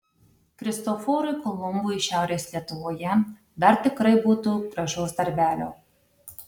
kristoforui kolumbui šiaurės lietuvoje dar tikrai būtų gražaus darbelio